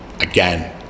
again